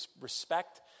respect